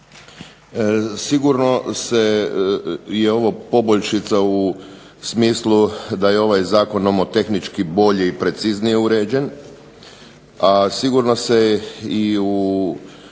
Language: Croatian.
sigurno se, je ovo poboljšica u smislu da je ovaj zakon nomotehnički bolje i preciznije uređen, a sigurno se i u